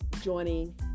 joining